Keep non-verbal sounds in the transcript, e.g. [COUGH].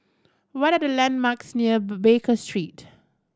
what are the landmarks near [UNINTELLIGIBLE] Baker Street